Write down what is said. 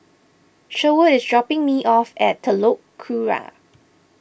Sherwood is dropping me off at Telok Kurau